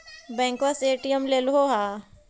बैंकवा से ए.टी.एम लेलहो है?